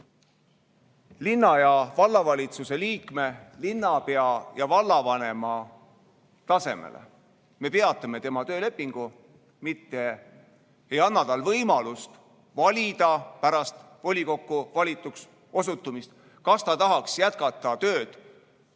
linna- ja vallavalitsuse liikme, linnapea ja vallavanema tasemele. Me peatame tema töölepingu, mitte ei anna talle pärast volikokku valituks osutumist võimalust valida, kas ta tahaks jätkata tööd